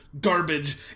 Garbage